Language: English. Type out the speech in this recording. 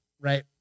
right